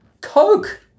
Coke